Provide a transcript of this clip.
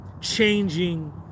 changing